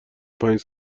پنج